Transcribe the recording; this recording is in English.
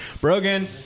brogan